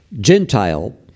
Gentile